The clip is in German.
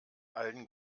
allen